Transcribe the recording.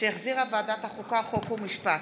שהחזירה ועדת החוקה, חוק ומשפט.